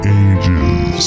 ages